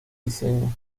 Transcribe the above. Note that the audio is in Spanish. diseño